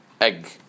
egg